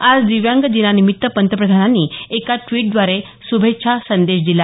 आज दिव्यांग दिनानिमित्त पंतप्रधानांनी एका ट्वीटद्वारे श्भेच्छा संदेश दिला